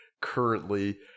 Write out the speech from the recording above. currently